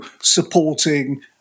supporting